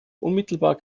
unmittelbar